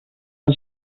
els